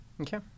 Okay